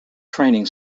training